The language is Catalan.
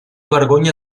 vergonya